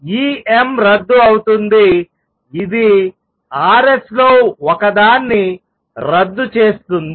ఈ m రద్దు అవుతుందిఇది Rs లో ఒకదాన్ని రద్దు చేస్తుంది